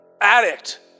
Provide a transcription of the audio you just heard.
addict